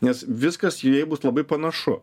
nes viskas bus labai panašu